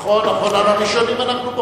נכון לטדי קולק היו שמונה סגנים,